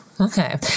Okay